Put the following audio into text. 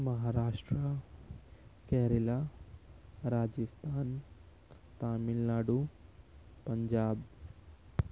Maharashtra Kerala Rajasthan Tamil Nadu Punjab